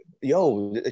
yo